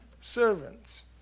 servants